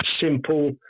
simple